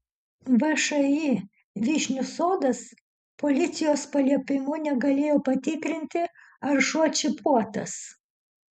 všį vyšnių sodas policijos paliepimu negalėjo patikrinti ar šuo čipuotas